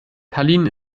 tallinn